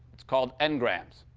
it's called n-grams.